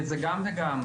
זה גם וגם,